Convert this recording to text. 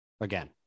Again